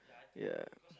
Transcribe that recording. ya